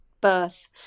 birth